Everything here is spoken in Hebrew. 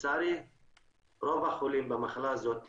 לצערי רוב החולים במחלה הזאת,